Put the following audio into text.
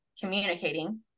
communicating